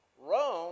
Rome